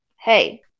hey